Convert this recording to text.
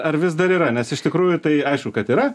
ar vis dar yra nes iš tikrųjų tai aišku kad yra